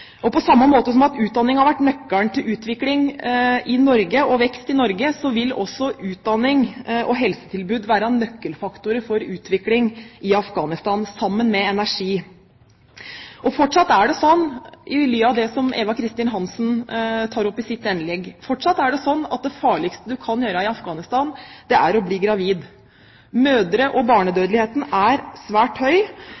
og helsetilbud være nøkkelfaktorer for utvikling i Afghanistan, sammen med energi. Fortsatt er det slik – i lys av det som Eva Kristin Hansen tar opp i sitt innlegg – at det farligste du kan gjøre i Afghanistan, er å bli gravid. Mødre- og